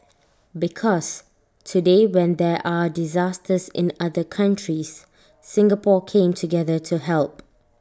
because today when there are disasters in other countries Singapore came together to help